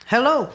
Hello